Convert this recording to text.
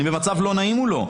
אני במצב לא נעים מולו.